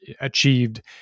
achieved